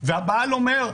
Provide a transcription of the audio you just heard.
והבעל אומר,